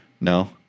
No